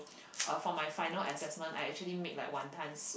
uh for my final assessment I actually made like wanton soup